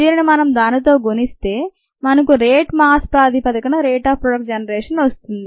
దీనిని మనం దానితో గుణిస్తే మనకు రేట్ మాస్ ప్రాతిపదికన రేట్ ఆఫ్ ప్రోడక్ట్ జనరేషన్ వస్తుంది